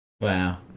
Wow